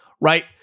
right